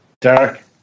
Derek